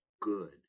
good